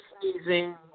sneezing